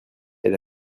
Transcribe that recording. est